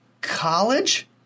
College